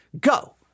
go